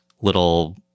little